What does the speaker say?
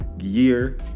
Year